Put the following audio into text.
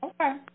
Okay